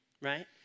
right